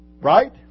Right